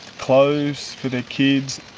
clothes for their kids.